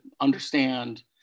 understand